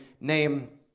name